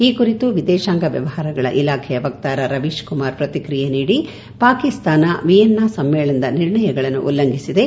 ಈ ಕುರಿತು ವಿದೇಶಾಂಗ ವ್ಯವಹಾರಗಳ ಇಲಾಖೆಯ ವಕ್ತಾರ ರವೀಶ್ ಕುಮಾರ್ ಪ್ರತಿಕ್ರಿಯೆ ನೀಡಿ ಪಾಕಿಸ್ತಾನ ವಿಯೆನ್ನಾ ಸಮ್ಮೇಳನದ ನಿರ್ಣಯಗಳನ್ನು ಉಲ್ಲಂಘಿಸಿದೆ